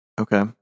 Okay